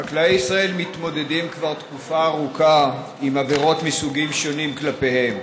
חקלאי ישראל מתמודדים כבר תקופה ארוכה עם עבירות מסוגים שונים כלפיהם,